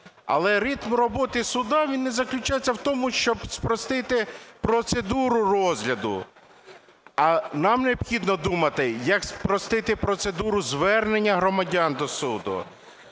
Але ритм роботи суду, він не заключається в тому, щоб спросити процедуру розгляду. А нам необхідно думати, як спростити процедуру звернення громадян до суду,